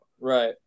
Right